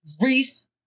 Reese